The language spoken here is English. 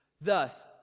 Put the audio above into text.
Thus